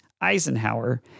Eisenhower